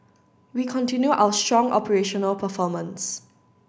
we continue our strong operational performance